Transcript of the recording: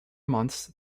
months